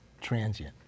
transient